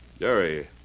Jerry